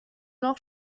noch